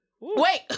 Wait